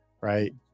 right